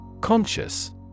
Conscious